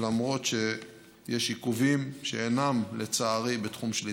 למרות שיש עיכובים שאינם, לצערי, בתחום שליטתי.